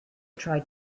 tried